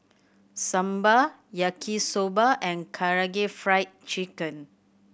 Sambar Yaki Soba and Karaage Fried Chicken